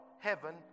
heaven